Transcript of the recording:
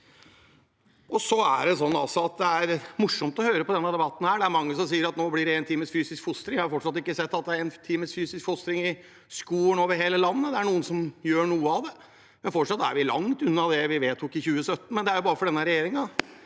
man burde gjort. Det er morsomt å høre på denne debatten her. Det er mange som sier at nå blir det en time fysisk fostring. Jeg har fortsatt ikke sett at det er en time fysisk fostring i skolen over hele landet. Det er noen som gjør noe av det, men fortsatt er vi langt unna det vi vedtok i 2017. Denne